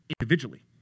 individually